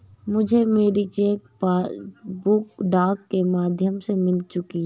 मुझे मेरी cheque book डाक के माध्यम से मिल चुकी है